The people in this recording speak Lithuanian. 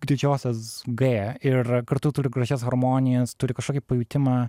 didžiosios g ir kartu turi gražias harmonijas turi kažkokį pajutimą